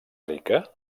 rica